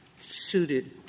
suited